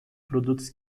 produtos